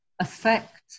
affect